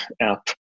app